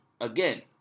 Again